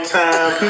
time